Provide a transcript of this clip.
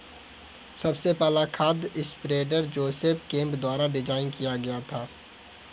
सबसे पहला खाद स्प्रेडर जोसेफ केम्प द्वारा डिजाइन किया गया था